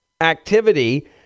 activity